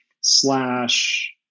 slash